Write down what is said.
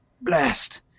blast